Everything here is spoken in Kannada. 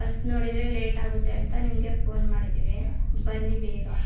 ಬಸ್ಸ್ ನೋಡಿದ್ರೆ ಲೇಟಾಗುತ್ತೆ ಅಂತ ನಿಮ್ಗೆ ಫೋನ್ ಮಾಡಿದ್ದಿವಿ ಬನ್ನಿ ಬೇಗ